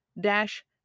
dash